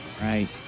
Right